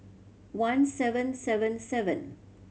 one seven seven seven